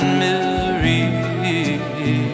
misery